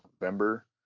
november